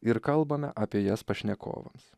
ir kalbame apie jas pašnekovams